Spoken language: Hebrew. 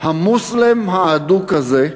המוסלם האדוק הזה,